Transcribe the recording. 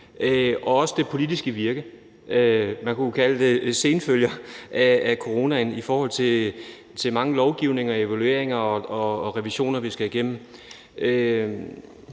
og også for det politiske virke. Man kunne jo kalde det for senfølger af coronaen med de mange lovgivninger og evalueringer og revisioner, vi skal igennem.